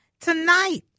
tonight